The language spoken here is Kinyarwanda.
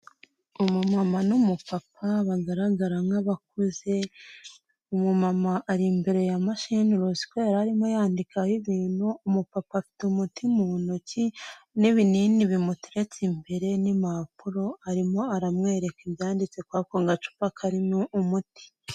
Umumama n'umupapa bagaragara nk'abakuze, umumama ari imbere ya mashini uruzi ko yari arimo yandikaho ibintu, umupapa afite umuti mu ntoki n'ibinini bimuteretse imbere n'impapuro, arimo aramwereka ibyanditse kuri ako gacupa karimo umuti.